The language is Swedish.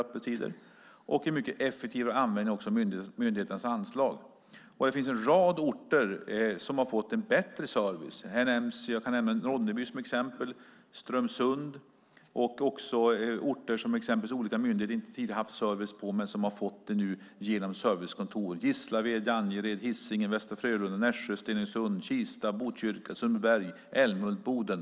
Dessutom är det en mycket effektivare användning av myndigheternas anslag. Det finns en rad orter som har fått bättre service. Som exempel kan jag nämna Ronneby och Strömsund. Vi har även orter där olika myndigheter tidigare inte haft någon service men som nu genom servicekontoren har fått det. Det gäller till exempel Gislaved, Angered, Hisingen, Västra Frölunda, Nässjö, Stenungsund, Kista, Botkyrka, Sundbyberg, Älmhult och Boden.